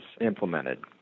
implemented